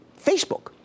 Facebook